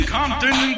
Compton